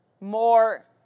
more